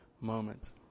moment